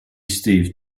steve